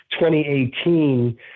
2018